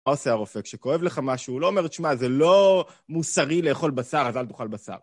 מה עושה הרופא? כשכואב לך משהו, הוא לא אומר, תשמע, זה לא מוסרי לאכול בשר, אז אל תאכל בשר.